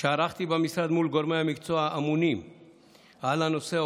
שערכתי במשרד מול גורמי המקצוע האמונים על הנושא,